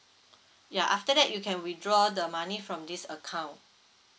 ya after that you can withdraw the money from this account